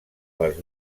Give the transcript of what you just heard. les